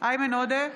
איימן עודה,